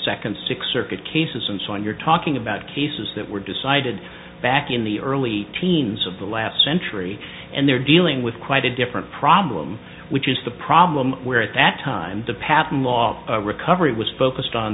second six circuit cases and so on you're talking about cases that were decided back in the early teens of the last century and they're dealing with quite a different problem which is the problem where at that time the path of law recovery was focused on